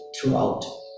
throughout